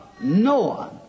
Noah